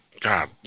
God